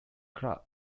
club